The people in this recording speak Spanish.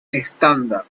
estándar